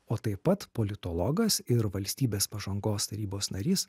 o taip pat politologas ir valstybės pažangos tarybos narys